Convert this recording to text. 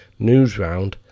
Newsround